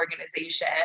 organization